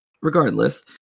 Regardless